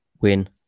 win